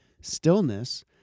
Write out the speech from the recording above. Stillness